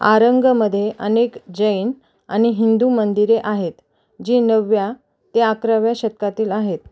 आरंगमध्ये अनेक जैन आणि हिंदू मंदिरे आहेत जी नवव्या ते अकराव्या शतकातील आहेत